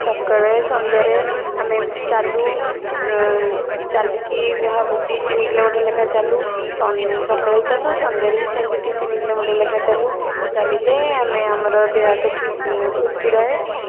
ସକାଳେ ସନ୍ଧ୍ୟାରେ ଆମେ ଏମିତି ଚାଲୁ ଚାଲିକି ଦୁଇ ତିନି କିଲୋମିଟର ଲେଖା ଚାଲୁ ସନ୍ ସକାଳେ ଚାଲୁ ସନ୍ଧ୍ୟାରେ ବି ସେମିତି ଦୁଇ ତିନି କିଲୋମିଟର ଲେଖା ଚାଲୁ ଚାଲିଲେ ଆମେ ଆମର ଦେହ ହାତ ଫୁ ଫୁର୍ତି ରହେ